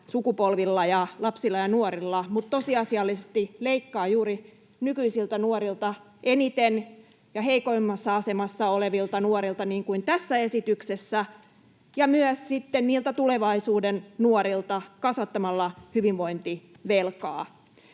sukupolvilla ja lapsilla ja nuorilla mutta tosiasiallisesti leikkaa juuri nykyisiltä nuorilta eniten ja heikoimmassa asemassa olevilta nuorilta, niin kuin tässä esityksessä, ja sitten myös niiltä tulevaisuuden nuorilta kasvattamalla hyvinvointivelkaa.